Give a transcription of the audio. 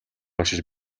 уншиж